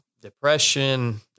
depression